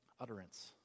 utterance